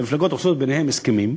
והמפלגות עושות ביניהן הסכמים,